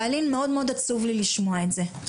ואלין, מאוד מאוד עצוב לשמוע את זה.